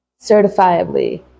certifiably